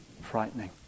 frightening